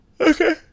Okay